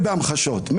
המחשות.